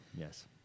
yes